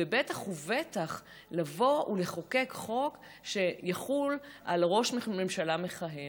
בטח ובטח לבוא ולחוקק חוק שיחול על ראש ממשלה מכהן.